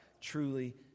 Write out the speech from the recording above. truly